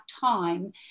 time